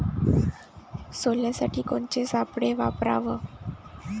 सोल्यासाठी कोनचे सापळे वापराव?